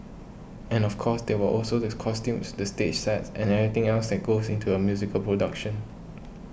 and of course there were also this costumes the stage sets and everything else that goes into a musical production